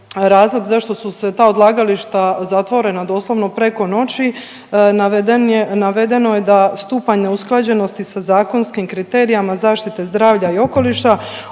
razlog zašto su se ta odlagališta zatvorena doslovno preko noći, navedeno je da stupanj neusklađenosti sa zakonskim kriterijama zaštite zdravlja i okoliša